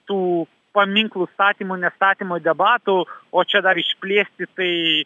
tų paminklų statymo nestatymo debatų o čia dar išplėsti tai